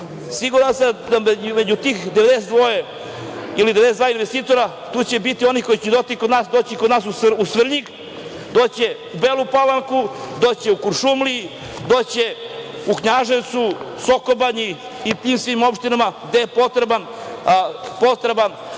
Siguran sam da među tih 92 investitora, tu će biti onih koji će doći kod nas u Svrljig, doći će u Belu Palanku, doći će u Kuršumliju, doći će u Knjaževac, Sokobanju i svim tim opštinama gde je potreban